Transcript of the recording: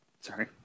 sorry